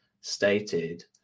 stated